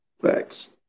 Thanks